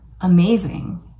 amazing